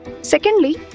Secondly